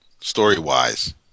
story-wise